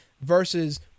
versus